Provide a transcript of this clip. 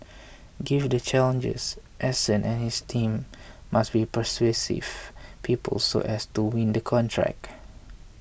given the challenges Eason and his team must be persuasive people so as to win the contract